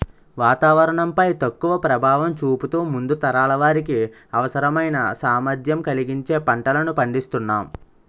వాతావరణం పై తక్కువ ప్రభావం చూపుతూ ముందు తరాల వారికి అవసరమైన సామర్థ్యం కలిగించే పంటలను పండిస్తునాం